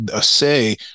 say